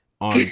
on